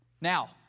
Now